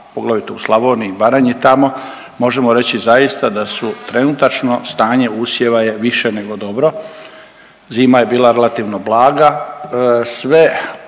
poglavito u Slavoniji i Baranji tamo, možemo reći zaista da su trenutačno stanje usjeva je više nego dobro, zima je bila relativno blaga,